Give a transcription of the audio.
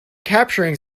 capturing